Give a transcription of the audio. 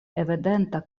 evidenta